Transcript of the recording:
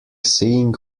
seeing